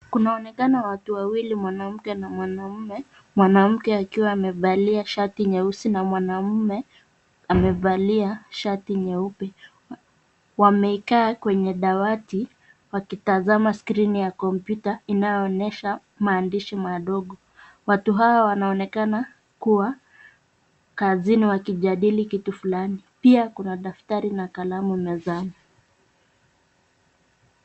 Kunaonekana watu wawili, mwanamke na mwanaume, mwanamke akiwa amevalia shati nyeusi na mwanaume amevalia shati nyeupe. Wamekaa kwenye dawati wakitazama skrini ya kompyuta inayoonyesha maandishi madogo. Watu hawa wanaonekana kuwa kazini wakijadili kitu fulani. Pia kuna daftari na kalamu mezani.